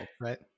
right